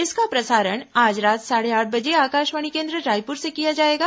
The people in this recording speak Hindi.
इसका प्रसारण आज रात साढ़े आठ बजे आकाशवाणी केन्द्र रायपुर से किया जाएगा